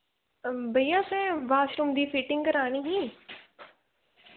भैया असैं वाशरूम दी फिटिंग करानी ही